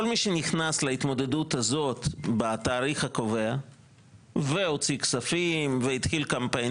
כל מי שנכנס להתמודדות הזאת בתאריך הקובע והוציא כספים והתחיל קמפיין,